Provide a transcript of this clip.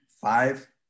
five